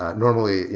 ah normally,